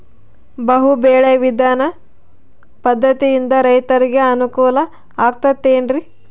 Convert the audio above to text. ಬಹು ಬೆಳೆ ವಿಧಾನ ಪದ್ಧತಿಯಿಂದ ರೈತರಿಗೆ ಅನುಕೂಲ ಆಗತೈತೇನ್ರಿ?